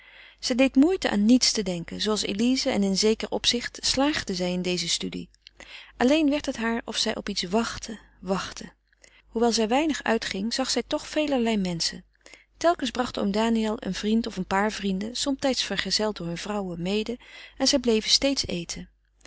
zij deed moeite aan niets te denken zooals elize en in zeker opzicht slaagde zij in deze studie alleen werd het haar of zij op iets wachtte wachtte hoewel zij weinig uitging zag zij toch velerlei menschen telkens bracht oom daniël een vriend of een paar vrienden somtijds vergezeld door hunne vrouwen mede en zij bleven steeds eten